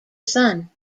son